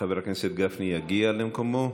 חבר הכנסת גפני יגיע למקומו.